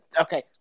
Okay